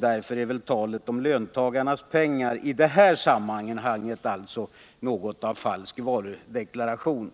Därför är talet om löntagarnas pengar i det här sammanhanget något av falsk varudeklaration.